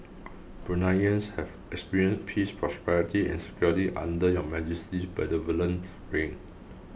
Bruneians have experienced peace prosperity and security under Your Majesty's benevolent reign